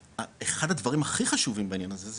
ואחד הדברים הכי חשובים בעניין הזה,